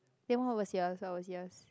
then what was yours what was yours